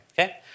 okay